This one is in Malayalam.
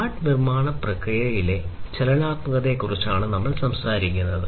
സ്മാർട്ട് നിർമ്മാണ പ്രക്രിയ നിർമ്മാണത്തിലെ ചലനാത്മകതയെക്കുറിച്ച് സംസാരിക്കുന്നു